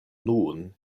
nun